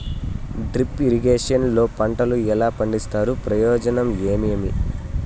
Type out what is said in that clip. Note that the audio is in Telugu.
డ్రిప్ ఇరిగేషన్ లో పంటలు ఎలా పండిస్తారు ప్రయోజనం ఏమేమి?